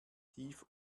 tief